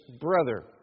brother